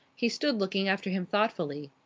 he stood looking after him thoughtfully.